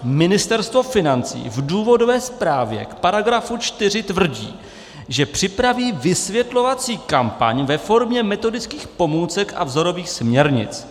Ministerstvo financí v důvodové zprávě § 4 tvrdí, že připraví vysvětlovací kampaň ve formě metodických pomůcek a vzorových směrnic.